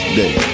day